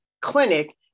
clinic